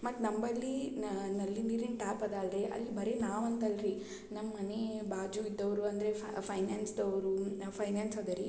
ಮತ್ತು ನಂಬಲ್ಲಿ ನಲ್ಲಿ ನೀರಿಂದು ಟ್ಯಾಪ್ ಅದ ಅಲ್ರಿ ಅಲ್ಲಿ ಬರೇ ನಾವಂತ ಅಲ್ರಿ ನಮ್ಮ ಮನೆ ಬಾಜು ಇದ್ದವರು ಅಂದರೆ ಫೈನಾನ್ಸ್ದವರು ಫೈನಾನ್ಸ್ ಅದ ರೀ